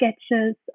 sketches